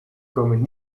komen